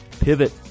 pivot